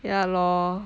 ya lor